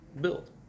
Build